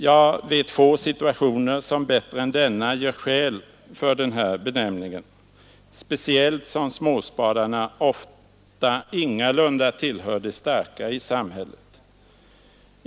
Jag vet få situationer som bättre än denna gör skäl för den benämningen, speciellt som småspararna ofta ingalunda tillhör de starka i samhället.